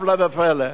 הפלא ופלא,